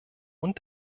und